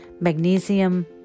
magnesium